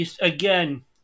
again